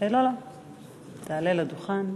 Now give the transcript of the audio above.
שלוש דקות.